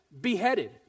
beheaded